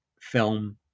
film